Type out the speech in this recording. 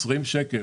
מדובר ב-20 שקלים.